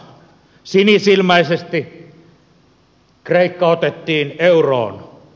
sinisilmäisesti kreikka otettiin euroon